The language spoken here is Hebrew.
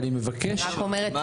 אני רק אומרת,